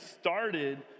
started